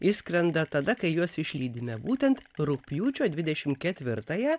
išskrenda tada kai juos išlydime būtent rugpjūčio dvidešim ketvirtąją